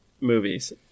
movies